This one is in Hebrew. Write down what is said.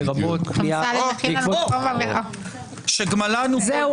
לרבות פגיעה בעקבות --- שגמלנו --- זהו,